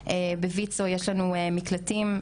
אבל זה ככה במאמר מוסגר.